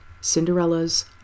Cinderella's